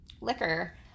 liquor